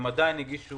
הם עדיין הגישו